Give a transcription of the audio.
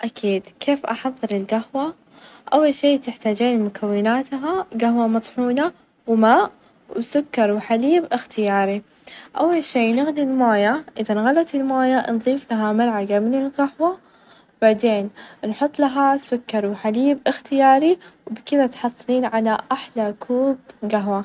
أكيد كيف إليك خطوات غسل الأسنان بصورة صحيحة، أول شي تحتجونها فرشة الأسنان ،ومعجون أسنان يحتوي على الفلورايد ،والموية، أول شي فرشة أسنانك ما تكون جدًا خشنة، نحط -ال-فرشة الأسنان ،ونحط عليها معجون الأسنان ،ونفرش أسناننا -بش- بطريقة دائرية، بعدين بعد ما نخلص نتمظمظ لمدة ثلاثين ثانية ،وكدا تحصلين على أجمل أسنان.